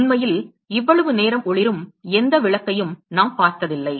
உண்மையில் இவ்வளவு நேரம் ஒளிரும் எந்த விளக்கையும் நாம் பார்த்ததில்லை